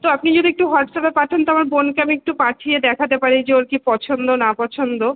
তো আপনি যদি একটু হোয়াটসঅ্যাপে পাঠান তো আমার বোনকে আমি একটু পাঠিয়ে দেখাতে পারি যে ওর কী পছন্দ না পছন্দ